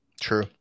True